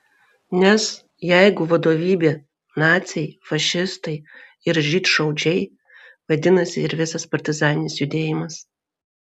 nes jeigu vadovybė naciai fašistai ir žydšaudžiai vadinasi ir visas partizaninis judėjimas